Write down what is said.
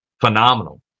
phenomenal